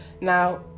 Now